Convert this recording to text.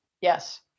Yes